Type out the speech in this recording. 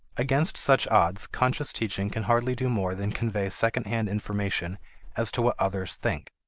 against such odds, conscious teaching can hardly do more than convey second-hand information as to what others think.